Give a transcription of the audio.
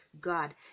God